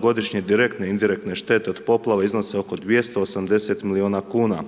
godišnje direktne i indirektne štete od poplave iznose oko 280 miliona kuna,